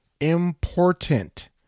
important